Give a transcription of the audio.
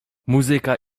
muzyka